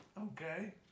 Okay